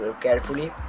carefully